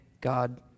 God